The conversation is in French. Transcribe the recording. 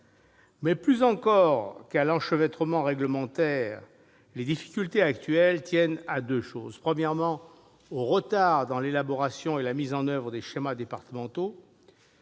... Plus encore qu'à l'enchevêtrement réglementaire, les difficultés actuelles tiennent à deux choses. Elles tiennent, premièrement, aux retards dans l'élaboration et la mise en oeuvre des schémas départementaux.